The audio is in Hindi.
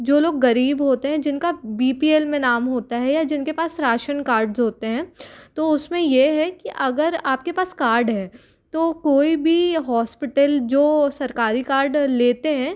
जो लोग ग़रीब होते हैं जिनका बी पी एल में नाम होता है या जिन के पास राशन कार्ड्स होते हैं तो उस में ये है कि अगर आप के पास कार्ड है तो कोई भी हॉस्पिटल जो सरकारी कार्ड लेते हैं